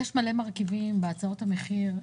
יש המון מרכיבים בהצעות המחיר,